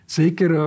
zeker